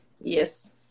Yes